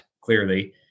clearly